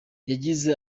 yagize